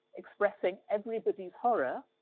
expressing everybody's horror,